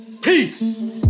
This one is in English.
Peace